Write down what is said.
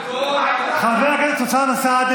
חבר הכנסת אוסאמה סעדי,